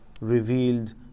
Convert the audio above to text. revealed